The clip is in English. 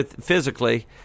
physically